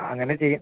അങ്ങനെ ചെയ്യും